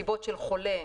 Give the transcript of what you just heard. חולה